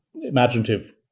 imaginative